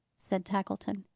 said tackleton.